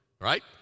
right